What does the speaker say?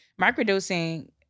Microdosing